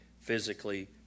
physically